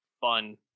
fun